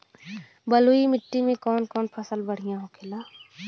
बलुई मिट्टी में कौन कौन फसल बढ़ियां होखेला?